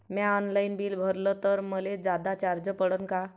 म्या online bill भरलं तर मले जादा चार्ज पडन का?